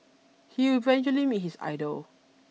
he would eventually meet his idol